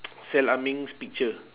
sell ah ming's picture